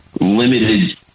limited